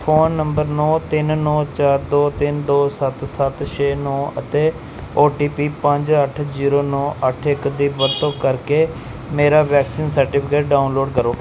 phone number ਨੌਂ ਤਿੰਨ ਨੌਂ ਚਾਰ ਦੋ ਤਿੰਨ ਦੋ ਸੱਤ ਸੱਤ ਛੇ ਨੌਂ ਅਤੇ ਓ ਟੀ ਪੀ ਪੰਜ ਅੱਠ ਜ਼ੀਰੋ ਨੌਂ ਅੱਠ ਇੱਕ ਦੀ ਵਰਤੋਂ ਕਰਕੇ ਮੇਰਾ ਵੈਕਸੀਨ ਸਰਟੀਫਿਕੇਟ ਡਾਊਨਲੋਡ ਕਰੋ